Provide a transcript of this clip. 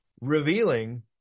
revealing